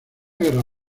guerra